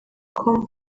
com